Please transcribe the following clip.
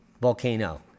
Volcano